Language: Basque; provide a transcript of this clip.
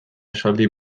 esaldi